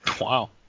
Wow